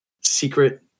secret